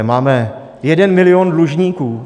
Máme jeden milion dlužníků.